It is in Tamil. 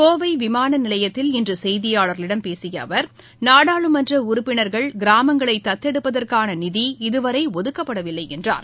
கோவை விமான நிலையத்தில் இன்று செய்தியாளர்களிடம் பேசிய அவர் நாடாளுமன்ற உறுப்பினர்கள் கிராமங்களை தத்தெடுப்பதற்கான நிதி இதுவரை ஒதுக்கப்படவில்லை என்றார்